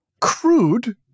crude